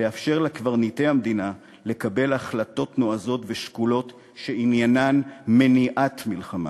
לאפשר לקברניטי המדינה לקבל החלטות נועזות ושקולות שעניינן מניעת מלחמה.